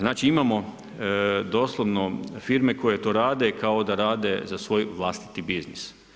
Znači imamo doslovno firme koje to rade kao da rade za svoj vlastiti biznis.